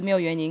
没有原因